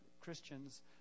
Christians